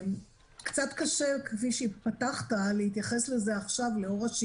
קצת קשה להתייחס לזה עכשיו לאור השינויים.